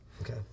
Okay